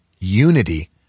unity